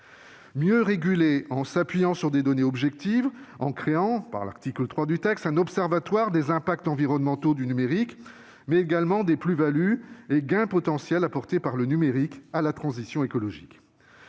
mieux réguler en s'appuyant sur des données objectives en créant, à l'article 3 du texte, un observatoire des impacts environnementaux du numérique, mais également sur les plus-values et gains potentiels apportés par le numérique à la transition écologique.